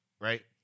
right